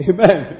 Amen